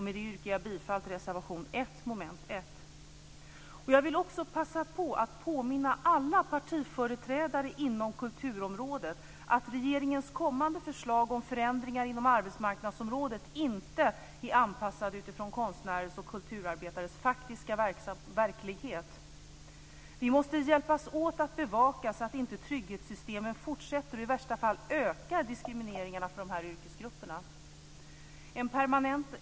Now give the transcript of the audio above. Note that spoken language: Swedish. Med det yrkar jag bifall till reservation Jag vill också passa på att påminna alla partiföreträdare inom kulturområdet om att regeringens kommande förslag om förändringar inom arbetsmarknadsområdet inte är anpassade till konstnärers och kulturarbetare faktiska verklighet. Vi måste hjälpas åt att bevaka att trygghetssystemen inte fortsätter att diskriminera de här yrkesgrupperna - i värsta fall ökar diskrimineringarna.